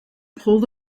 pulled